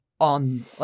on